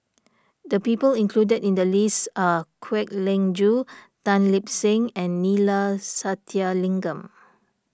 the people included in the list are Kwek Leng Joo Tan Lip Seng and Neila Sathyalingam